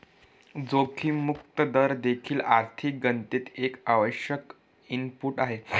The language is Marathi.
जोखीम मुक्त दर देखील आर्थिक गणनेत एक आवश्यक इनपुट आहे